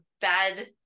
bad